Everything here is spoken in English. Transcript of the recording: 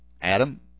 Adam